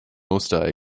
osterei